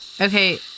Okay